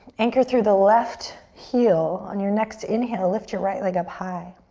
anchor through the left heel. on your next inhale, lift your right leg up high.